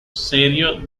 serio